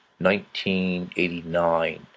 1989